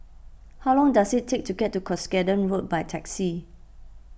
how long does it take to get to Cuscaden Road by taxi